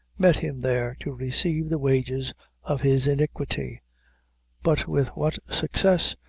met him there, to receive the wages of his iniquity but with what success,